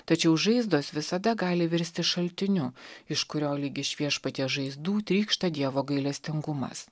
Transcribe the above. tačiau žaizdos visada gali virsti šaltiniu iš kurio lyg iš viešpaties žaizdų trykšta dievo gailestingumas